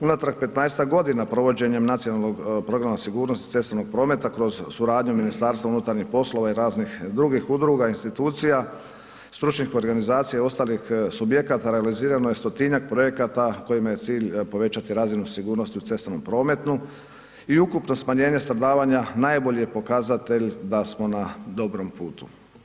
Unatrag 15-tak godina provođenjem Nacionalnog programa sigurnosti cestovnog prometa kroz suradnju Ministarstva unutarnjih poslova i raznih drugih udruga i institucija, stručnih organizacija i ostalih subjekata, organizirano je 100-njak projekata kojima je cilj povećati razinu sigurnosti u cestovnom prometu i ukupno smanjenje stradavanja, najbolji je pokazatelj da smo na dobrom putu.